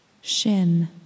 shin